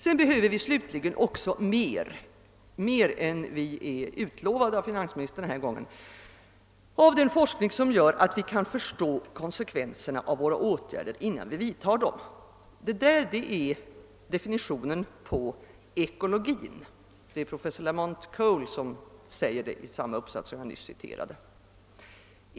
Vidare behöver vi också mer än vi denna gång lovats av undervisningsministern i fråga om den forskning, som gör att vi kan förstå konsekvenserna av våra åtgärder, innan vi vidtar dem. Detta är definitionen på ekologin, enligt vad professor Lamont C. Coles framhållit i den uppsats jag nyss citerade.